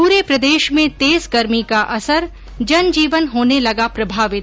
पूरे प्रदेश में तेज गर्मी का असर जनजीवन होने लगा प्रभावित